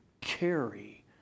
carry